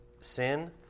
sin